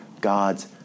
God's